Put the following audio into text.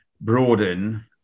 broaden